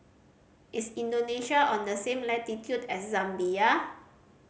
is Indonesia on the same latitude as Zambia